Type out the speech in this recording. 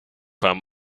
firm